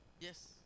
Yes